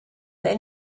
then